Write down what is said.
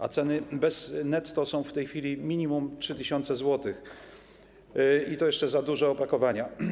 A ceny netto są w tej chwili minimum 3 tys. zł, i to jeszcze za duże opakowania.